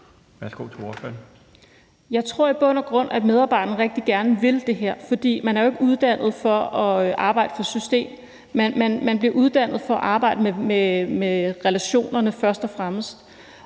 Harpsøe (DD): Jeg tror i bund og grund, at medarbejderne rigtig gerne vil det her. For man er jo ikke uddannet for at arbejde for et system, men man bliver først og fremmest uddannet for at arbejde med relationerne, og jeg